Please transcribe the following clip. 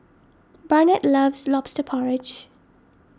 Barnett loves Lobster Porridge